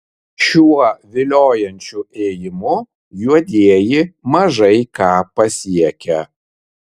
šiuo viliojančiu ėjimu juodieji mažai ką pasiekia